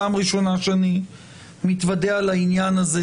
פעם ראשונה שאני מתוודע לעניין הזה,